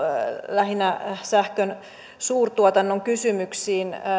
lähinnä sähkön suurtuotannon kysymyksiin